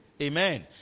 Amen